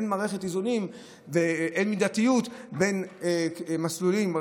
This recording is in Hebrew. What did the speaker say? אין מערכת איזונים ואין מידתיות בין מסלולים של